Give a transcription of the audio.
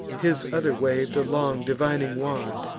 his other wav'd a long divining wand.